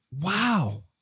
Wow